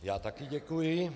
Já také děkuji.